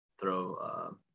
throw